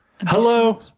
hello